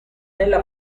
nella